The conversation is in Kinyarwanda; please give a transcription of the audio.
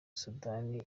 sudani